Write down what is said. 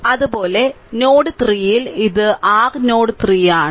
അതുപോലെ നോഡ് 3 ൽ ഇത് r നോഡ് 3 ആണ്